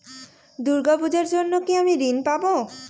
দূর্গা পূজার জন্য কি আমি ঋণ পাবো?